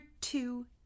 two